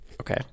okay